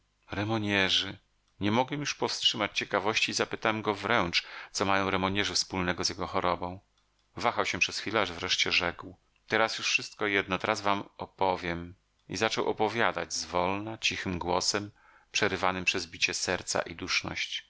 remognerzy nie mogłem już powstrzymać ciekawości i zapytałem go wręcz co mają remognerzy wspólnego z jego chorobą wahał się przez chwilę aż wreszcie rzekł teraz już wszystko jedno teraz wam opowiem i zaczął opowiadać zwolna cichym głosem przerywanym przez bicie serca i duszność